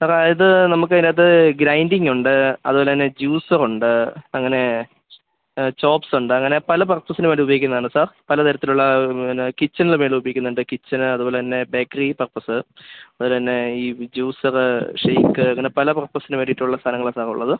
സാറെ ഇത് നമുക്ക് അതിനകത്ത് ഗ്രൈൻഡിംഗുണ്ട് അതുപോലെത്തന്നെ ജ്യൂസറുണ്ട് അങ്ങനെ ചോപ്സുണ്ട് അങ്ങനെ പല പർപ്പസിന് വേണ്ടി ഉപയോഗിക്കുന്നതാണ് സാർ പല തരത്തിലുള്ള പിന്നെ കിച്ചൺൽ മേലുപയോഗിക്കുന്നതുണ്ട് കിച്ചണ് അതുപോലെത്തന്നെ ബേക്കറി പർപ്പസ് അതുപോലെത്തന്നെ ഈ ജ്യൂസറ് ഷേക്ക് അങ്ങനെ പല പർപ്പസിന് വേണ്ടിയിട്ടുള്ള സാധനങ്ങളാ സാർ ഉള്ളത്